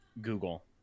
google